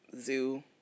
zoo